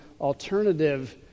alternative